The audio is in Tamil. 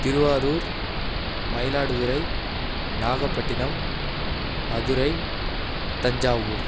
திருவாரூர் மயிலாடுதுறை நாகப்பட்டினம் மதுரை தஞ்சாவூர்